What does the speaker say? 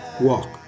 walk